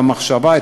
במחשבה,